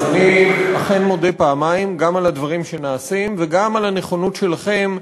אז אני מודה פעמיים: גם על הדברים שנעשים וגם על הנכונות שלכם,